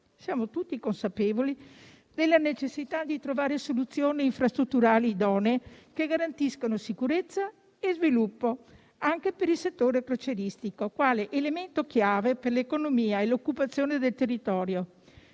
siamo tutti consapevoli della necessità di trovare soluzioni infrastrutturali idonee che garantiscano sicurezza e sviluppo, anche per il settore crocieristico, quale elemento chiave per l'economia e l'occupazione del territorio,